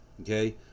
Okay